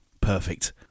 Perfect